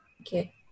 Okay